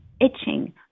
itching